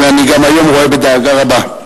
ואני גם היום רואה בדאגה רבה.